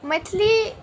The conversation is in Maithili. मैथिली